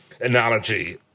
analogy